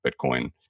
Bitcoin